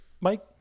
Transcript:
Mike